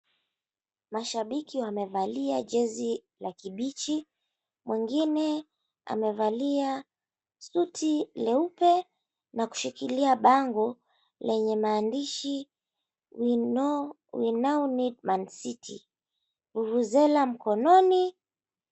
Mashabiki wamevalia jezi la kibichi mwengine amevalia suti leupe na kushikilia bango lenye maandishi, We Now Need Man City, vuvuzela mkononi.